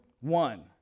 one